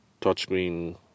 touchscreen